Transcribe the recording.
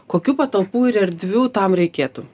kokių patalpų ir erdvių tam reikėtų